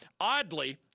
Oddly